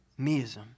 Meism